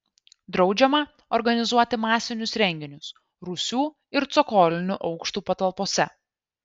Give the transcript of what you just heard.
draudžiama organizuoti masinius renginius rūsių ir cokolinių aukštų patalpose